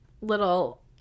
little